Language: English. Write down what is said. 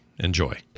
Enjoy